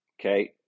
okay